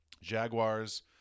Jaguars